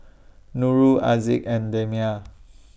Nurul Aziz and Damia